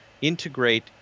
integrate